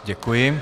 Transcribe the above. Děkuji.